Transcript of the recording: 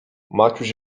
maciuś